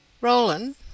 Roland—